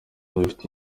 bifite